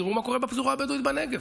תראו מה קורה בפזורה הבדואית בנגב,